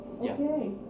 Okay